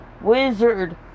wizard